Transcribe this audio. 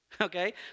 okay